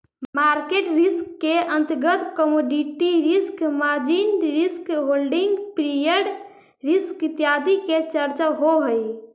market risk के अंतर्गत commodity risk, margin risk, holding period risk इत्यादि के चर्चा होवऽ हई